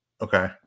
Okay